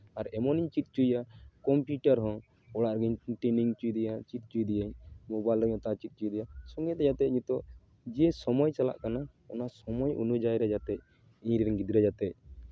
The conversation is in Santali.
ᱟᱨ ᱮᱢᱚᱱ ᱤᱧ ᱪᱮᱫ ᱦᱚᱪᱚᱭᱮᱭᱟ ᱠᱚᱢᱯᱤᱭᱩᱴᱟᱨ ᱦᱚᱸ ᱚᱲᱟᱜ ᱨᱮᱜᱮᱧ ᱴᱨᱮᱱᱤᱝ ᱦᱚᱪᱚ ᱫᱮᱭᱟ ᱪᱮᱫ ᱦᱚᱪᱚ ᱫᱤᱭᱟᱹᱧ ᱢᱳᱵᱟᱭᱤᱞ ᱦᱚᱸ ᱚᱛᱟ ᱪᱮᱫ ᱦᱚᱪᱚ ᱠᱮᱫᱮᱭᱟ ᱥᱚᱸᱜᱮ ᱛᱮ ᱡᱟᱛᱮ ᱡᱚᱛᱚ ᱡᱮ ᱥᱚᱢᱚᱭ ᱪᱟᱞᱟᱜ ᱠᱟᱱᱟ ᱚᱱᱟ ᱥᱚᱢᱚᱭ ᱚᱱᱩᱡᱟᱭᱤ ᱨᱮ ᱡᱟᱛᱮ ᱤᱧ ᱨᱮᱱ ᱜᱤᱫᱽᱨᱟᱹ ᱡᱟᱛᱮ